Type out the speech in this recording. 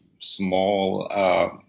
small